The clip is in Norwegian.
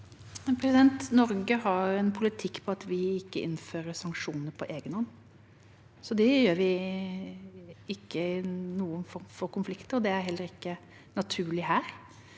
Norge har en politikk der vi ikke innfører sanksjoner på egen hånd. Det gjør vi ikke i noen konflikter, og det er heller ikke naturlig her.